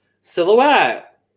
Silhouette